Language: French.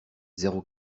zéro